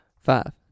Five